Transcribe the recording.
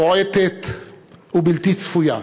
בועטת ובלתי צפויה.